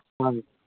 ꯑꯥ